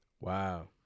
Wow